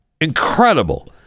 incredible